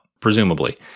presumably